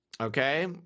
Okay